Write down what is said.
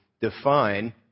define